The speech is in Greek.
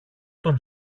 τον